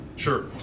Sure